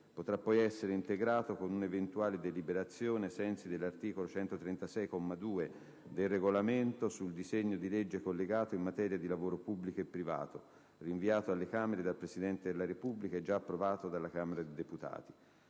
potrapoi essere integrato con un’eventuale deliberazione – ai sensi dell’articolo 136, comma 2, del Regolamento – sul disegno di legge collegato in materia di lavoro pubblico e privato, rinviato alle Camere dal Presidente della Repubblica e gia approvato dalla Camera dei deputati.